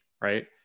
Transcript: right